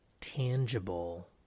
tangible